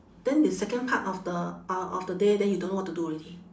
then the second part of the uh of the day then you don't know what to do already